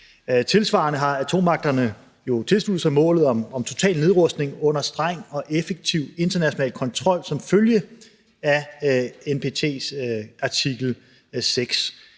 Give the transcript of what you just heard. Tilsvarende har atommagterne jo tilsluttet sig målet om total nedrustning under streng og effektiv international kontrol som følge af NPT's artikel 6.